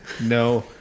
no